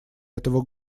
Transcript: этого